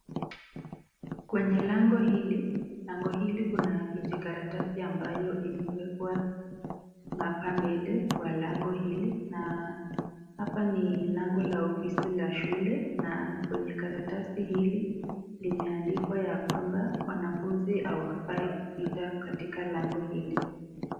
Kwenye lango hili, lango hili kuna kijikaratasi ambayo imewekwa hapa mbele kwa lango hili na hapa ni lango la ofisi la shule na kwenye karatasi hili limeandikwa ya kwamba wanafunzi hawafai kufika katika lango hili.